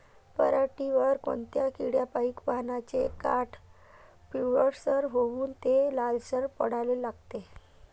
पऱ्हाटीवर कोनत्या किड्यापाई पानाचे काठं पिवळसर होऊन ते लालसर पडाले लागते?